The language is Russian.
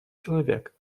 человек